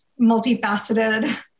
multifaceted